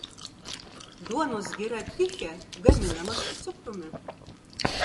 duonos gira tichė gaminama su cukrumi